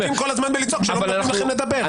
בינתיים אתם עסוקים כל הזמן לצעוק שלא נותנים לכם לדבר.